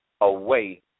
away